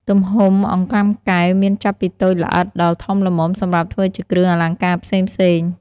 ទំហំអង្កាំកែវមានចាប់ពីតូចល្អិតដល់ធំល្មមសម្រាប់ធ្វើជាគ្រឿងអលង្ការផ្សេងៗ។